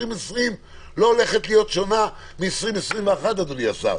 2020 לא הולכת להיות שונה מ-2021, אדוני השר.